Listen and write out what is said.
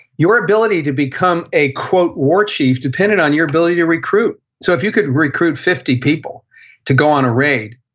your ability to become a war chief depended on your ability to recruit. so if you could recruit fifty people to go on a raid,